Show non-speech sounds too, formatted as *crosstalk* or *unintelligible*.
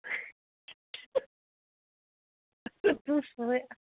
*unintelligible*